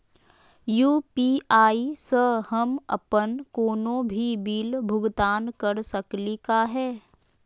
UPI स हम अप्पन कोनो भी बिल भुगतान कर सकली का हे?